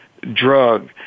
drug